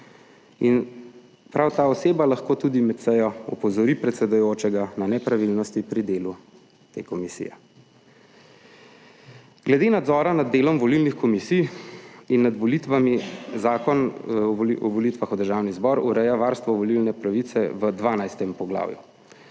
in prav ta oseba lahko tudi med sejo opozori predsedujočega na nepravilnosti pri delu te komisije. Glede nadzora nad delom volilnih komisij in nad volitvami Zakon o volitvah v Državni zbor ureja varstvo volilne pravice v 12. poglavju,